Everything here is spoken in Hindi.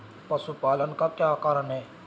पशुपालन का क्या कारण है?